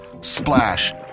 splash